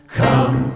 come